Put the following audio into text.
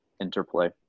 interplay